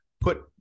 put